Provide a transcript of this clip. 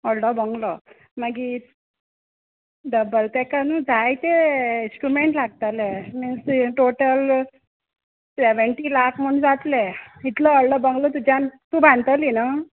व्हडलो बोंगलो मागीर डबल पॅकान न्हू जायते इंश्ट्रुमॅण लागतले मिन्स टोटल सॅवँटी लाख म्हूण जातले इतलो व्हडलो बोंगलो तुज्यान तूं बांदतली न्हू